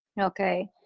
Okay